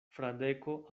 fradeko